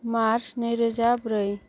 March नैरोजा ब्रै